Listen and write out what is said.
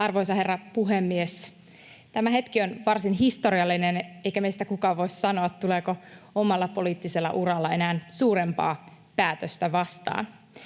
Arvoisa herra puhemies! Tämä hetki on varsin historiallinen, eikä meistä kukaan voi sanoa, tuleeko omalla poliittisella uralla enää suurempaa päätöstä vastaan.